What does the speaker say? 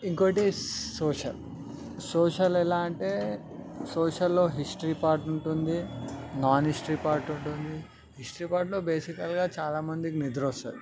ఇంకోటి social social ఎలా అంటే సోషల్లో హిస్టరీ పార్ట్ ఉంటుంది నాన్ హిస్టరీ పార్ట్ ఉంటుంది హిస్టరీ పార్ట్లో బేసికల్గా చాలామందికి నిద్ర వస్తుంది